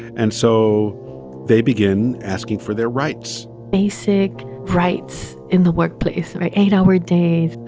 and so they begin asking for their rights basic rights in the workplace right? eight-hour days,